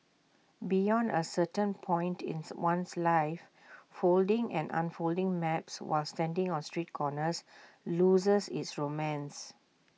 beyond A certain point ins one's life folding and unfolding maps while standing on street corners loses its romance